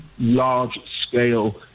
large-scale